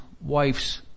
wife's